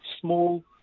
small